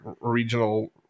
regional